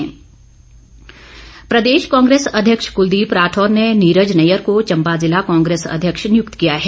नियुक्ति प्रदेश कांग्रेस अध्यक्ष कुलदीप राठौर ने नीरज नैयर को चंबा जिला कांग्रेस अध्यक्ष नियुक्त किया है